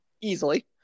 Easily